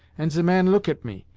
ant ze man look at me.